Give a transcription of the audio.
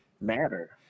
matter